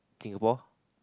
Singapore